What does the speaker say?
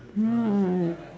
right